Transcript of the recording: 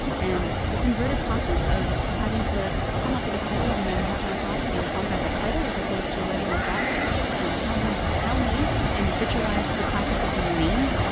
and this inverted process of having to come up with a title and then have my thoughts be informed by that title, as opposed to letting my thoughts tell them tell me and ritualize the process of being named